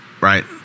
right